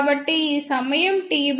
కాబట్టి ఈ సమయం T4